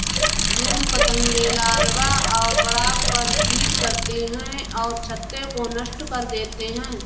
मोम पतंगे लार्वा और पराग पर फ़ीड करते हैं और छत्ते को नष्ट कर देते हैं